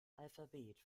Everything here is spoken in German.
alphabet